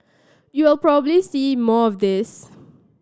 you'll probably see more of this